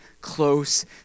close